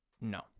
No